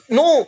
no